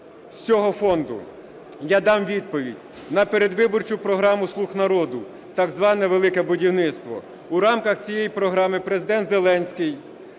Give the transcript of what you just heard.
з цього фонду. Я дам відповідь. На передвиборчу програму "слуг народу" так зване "Велике будівництво". В рамках цієї програми Президент Зеленський